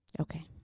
Okay